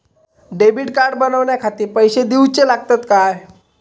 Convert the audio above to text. Debit card बनवण्याखाती पैसे दिऊचे लागतात काय?